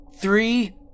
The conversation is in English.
Three